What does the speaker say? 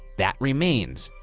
that remains,